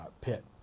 Pit